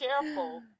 careful